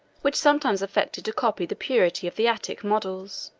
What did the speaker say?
which sometimes affected to copy the purity of the attic models.